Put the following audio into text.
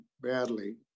badly